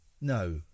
No